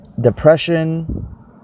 Depression